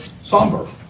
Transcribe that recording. somber